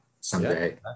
someday